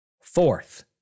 Fourth